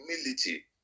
humility